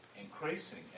increasing